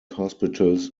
hospitals